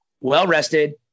well-rested